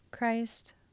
Christ